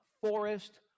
forest